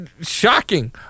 shocking